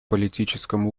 политическом